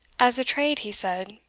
as a trade, he said,